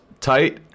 tight